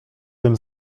tym